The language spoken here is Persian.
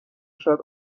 شاید